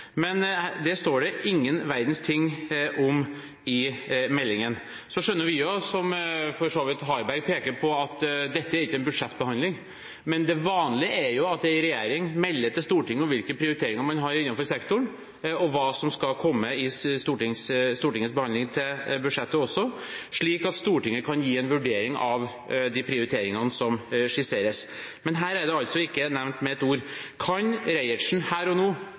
men det står det ingen verdens ting om i meldingen. Vi skjønner også, som Harberg peker på, at dette ikke er en budsjettbehandling, men det vanlige er at en regjering melder til Stortinget hvilke prioriteringer man har innenfor sektoren, og hva som skal komme i Stortingets behandling av budsjettet, slik at Stortinget kan gi en vurdering av prioriteringene som skisseres. Men her er det altså ikke nevnt med ett ord. Kan Reiertsen her og nå